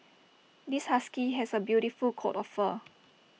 this husky has A beautiful coat of fur